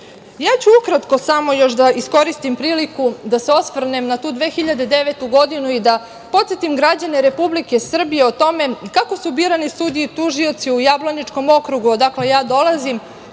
ću ukratko samo još da iskoristim priliku da se osvrnem na tu 2009. godinu i da podsetim građane Republike Srbije o tome kako su birane sudije i tužioci u Jablaničkom okrugu, odakle ja dolazim,